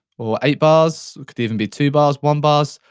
or eight bars, could even be two bars, one bars,